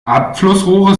abflussrohre